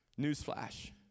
Newsflash